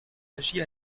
agit